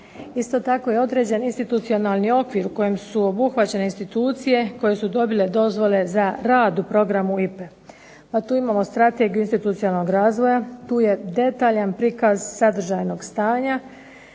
Isto tako je određen institucionalni okvir u kojem su obuhvaćene institucije koje su dobile dozvole za rad u programu IPA-e pa tu Strategiju institucionalnog razvoja, tu je detaljan prikaz sadržajnog stanja